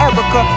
Erica